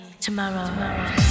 Tomorrow